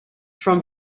from